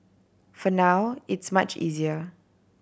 for now it's much easier